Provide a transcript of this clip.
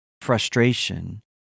frustration